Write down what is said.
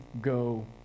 go